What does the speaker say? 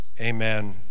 amen